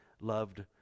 loved